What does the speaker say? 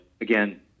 again